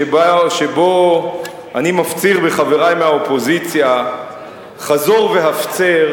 שבו אני מפציר בחברי מהאופוזיציה חזור והפצר